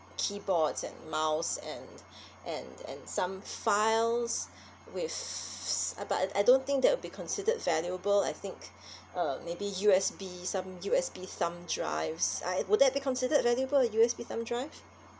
keyboards and mouse and and and some files with uh but I I don't think that would be considered valuable I think uh maybe U_S_B some U_S_B thumb drives uh would that be considered valuable a U_S_B thumb drive